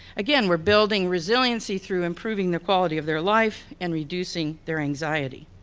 again we're building resiliency through improving the quality of their life and reducing their anxiety.